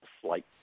slight